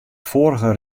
foarige